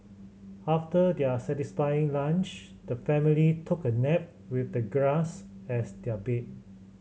after their satisfying lunch the family took a nap with the grass as their bed